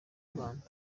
rwanda